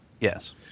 Yes